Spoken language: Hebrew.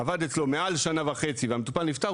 עבד אצלו מעל שנה וחצי והמטופל נפטר,